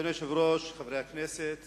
אחריו, חבר הכנסת